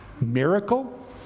Miracle